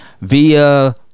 via